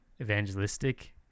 evangelistic